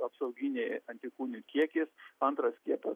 apsauginiai antikūnių kiekis antras skiepas